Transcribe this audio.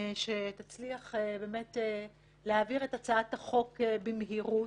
שתצליח באמת להעביר את הצעת החוק במהירות.